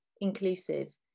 inclusive